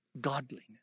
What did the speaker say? godliness